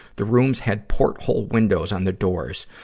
the rooms had port-hole windows on the doors.